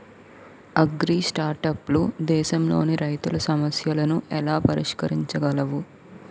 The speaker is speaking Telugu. అగ్రిస్టార్టప్లు దేశంలోని రైతుల సమస్యలను ఎలా పరిష్కరించగలవు?